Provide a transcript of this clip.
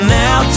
now